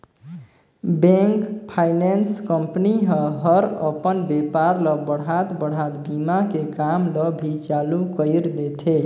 bank, finance company ह हर अपन बेपार ल बढ़ात बढ़ात बीमा के काम ल भी चालू कइर देथे